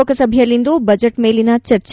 ಲೋಕಸಭೆಯಲ್ಲಿಂದು ಬಜೆಟ್ ಮೇಲಿನ ಚರ್ಚೆ